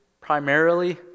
primarily